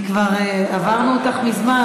עברנו אותך מזמן,